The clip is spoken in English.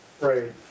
Right